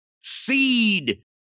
seed